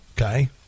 Okay